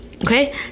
Okay